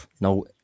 No